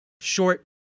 short